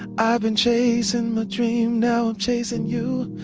i've been chasing my dream, now i'm chasing you.